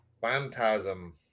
Phantasm